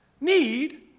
need